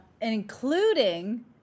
including